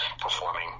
performing